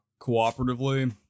cooperatively